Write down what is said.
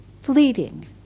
fleeting